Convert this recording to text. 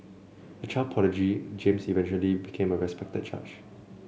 a child prodigy James eventually became a respected judge